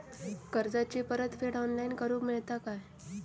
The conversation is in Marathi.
कर्जाची परत फेड ऑनलाइन करूक मेलता काय?